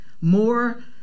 more